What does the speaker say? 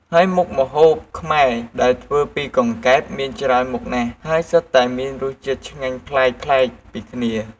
ហើយមុខម្ហូបខ្មែរដែលធ្វើពីកង្កែបមានច្រើនមុខណាស់ ហើយសុទ្ធតែមានរសជាតិឆ្ងាញ់ប្លែកៗពីគ្នា។